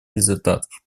результатов